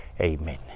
Amen